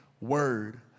word